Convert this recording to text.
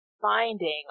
finding